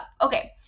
Okay